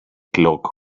clock